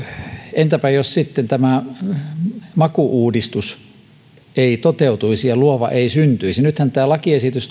entäpä jos sitten tämä maku uudistus ei toteutuisi ja luova ei syntyisi nythän tämä lakiesitys